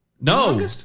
no